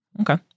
Okay